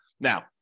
Now